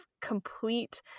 complete